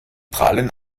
prahlen